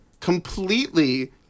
completely